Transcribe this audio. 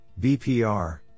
BPR